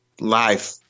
life